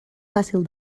fàcil